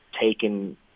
taken